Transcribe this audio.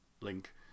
link